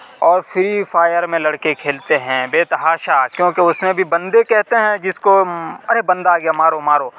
اور Free Fire میں لڑکے کھیلتے ہیں بےتحاشا کیونکہ اس میں بھی بندے کہتے ہیں جس کو ارے بندہ آ گیا مارو مارو